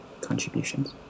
contributions